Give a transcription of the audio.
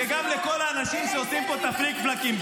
וגם לכל האנשים שעושים פה את הפליק-פלאקים.